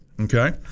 okay